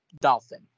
Dolphin